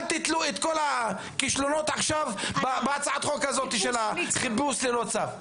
אל תתלו את כל הכישלונות עכשיו בהצעת החוק הזאת של חיפוש ללא צו.